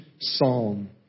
psalm